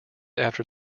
after